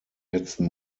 letzten